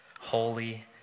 holy